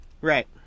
Right